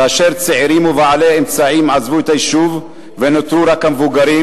כאשר צעירים ובעלי אמצעים עזבו את היישוב ונותרו רק המבוגרים,